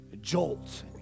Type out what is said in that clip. jolt